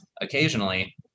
occasionally